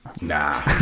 Nah